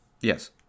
Yes